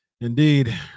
indeed